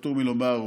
פטור מלומר,